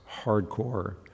hardcore